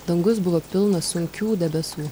dangus buvo pilnas sunkių debesų